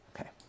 Okay